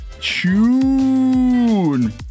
tune